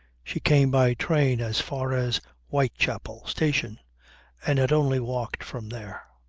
she came by train as far as whitechapel station and had only walked from there.